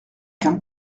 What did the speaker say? qu’un